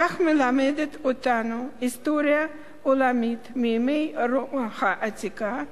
כך מלמדת אותנו ההיסטוריה העולמית מימי רומא העתיקה,